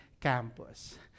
campus